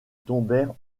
tombèrent